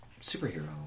superhero